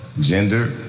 Gender